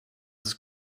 his